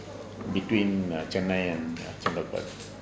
between err chennai and chengalpet